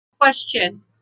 question